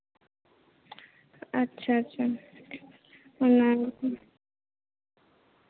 ᱟᱪᱪᱷᱟ ᱟᱪᱪᱷᱟ ᱚᱱᱟᱜᱮᱛᱚ